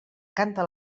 canta